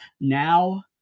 Now